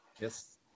Yes